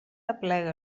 aplega